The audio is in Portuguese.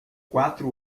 quatro